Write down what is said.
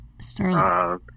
Sterling